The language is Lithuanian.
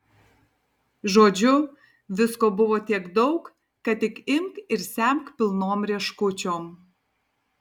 žodžiu visko buvo tiek daug kad tik imk ir semk pilnom rieškučiom